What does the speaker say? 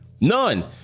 None